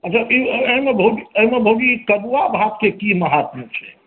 अच्छा भौजी एहिमे कद्दू आ भातके की महात्म छै